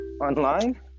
online